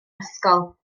ysgol